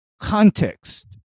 context